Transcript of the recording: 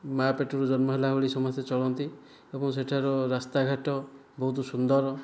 ମା' ପେଟରୁ ଜନ୍ମ ହେଲାଭଳି ସମସ୍ତେ ଚଳନ୍ତି ଏବଂ ସେଠାର ରାସ୍ତା ଘାଟ ବହୁତ ସୁନ୍ଦର